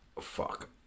Fuck